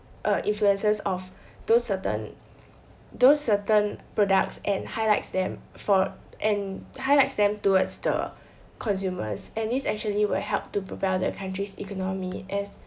err influences of those certain those certain products and highlights them for and highlights them towards the consumers and this actually will help to propel the country's economy as